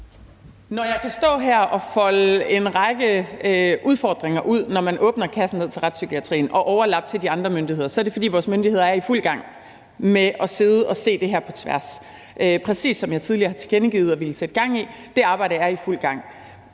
Når jeg kan stå her og folde en række udfordringer ud, når man åbner kassen og kigger ned i retspsykiatrien – og med overlap til de andre myndigheder – er det, fordi vores myndigheder i fuld gang med at sidde og se det her på tværs. Og præcis som jeg tidligere har tilkendegivet, nemlig at jeg ville sætte gang i det, er det arbejde i fuld gang.